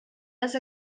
les